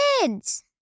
kids